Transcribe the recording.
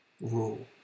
rule